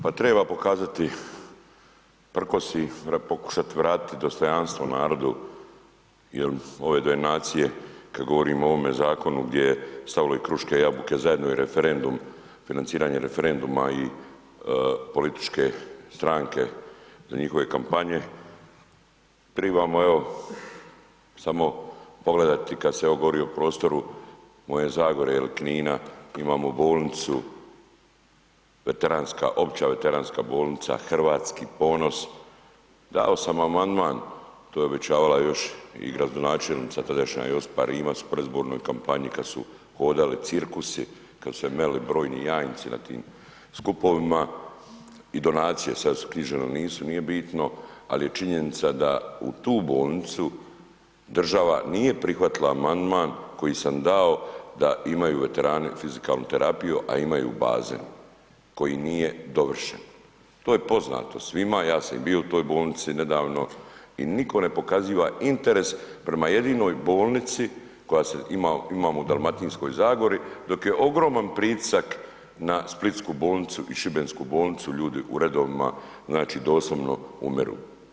Pa treba pokazati prkos i treba pokušat vratiti dostojanstvo narodu jel ove donacije kad govorimo o ovome zakonu gdje je stavilo i kruške i jabuke zajedno i referendum, financiranje referenduma i političke stranke za njihove kampanje, tribamo evo samo pogledati kad se evo govori o prostoru moje Zagore ili Knina, imamo bolnicu, veteranska, Opća veteranska bolnica Hrvatski ponos, dao sam amandman, to je obećavala još i gradonačelnica tadašnja Josipa Rimac u predizbornoj kampanji kad su hodali cirkusi, kad su se meli brojni janjci na tim skupovima i donacije sad su knjižili il nisu, nije bitno, al je činjenica da u tu bolnicu država nije prihvatila amandman koji sam dao da imaju veterani fizikalnu terapiju, a imaju bazen koji nije dovršen, to je poznato svima, ja sam i bio u toj bolnici nedavno i nitko ne pokaziva interes prema jedinoj bolnici koja se, imamo u Dalmatinskoj Zagori, dok je ogroman pritisak na splitsku bolnicu i šibensku bolnicu ljudi u redovima znači doslovno umiru.